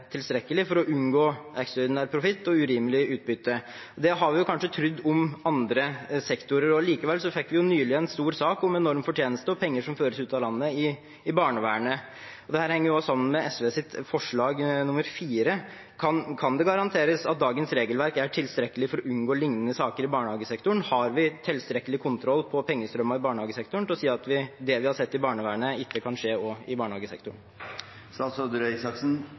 tilstrekkelig for å unngå ekstraordinær profitt og urimelig utbytte. Det har vi kanskje trodd også om andre sektorer. Likevel fikk vi nylig en stor sak om enorm fortjeneste og penger som føres ut av landet, i barnevernet. Dette henger sammen med SVs forslag nr. 4. Kan det garanteres at dagens regelverk er tilstrekkelig for å unngå lignende saker i barnehagesektoren? Har vi tilstrekkelig kontroll på pengestrømmene i barnehagesektoren til å si at det vi har sett i barnevernet, ikke kan skje også i barnehagesektoren?